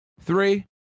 three